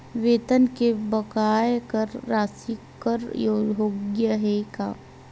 वेतन के बकाया कर राशि कर योग्य हे का?